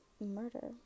murder